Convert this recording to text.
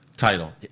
Title